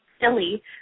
silly